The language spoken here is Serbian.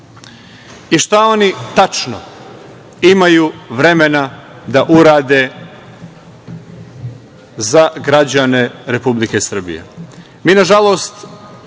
Šta oni tačno imaju vremena da urade za građane Republike Srbije? Nažalost,